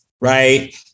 right